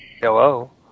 Hello